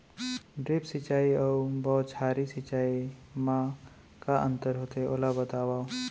Drip सिंचाई अऊ बौछारी सिंचाई मा का अंतर होथे, ओला बतावव?